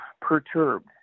perturbed